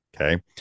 okay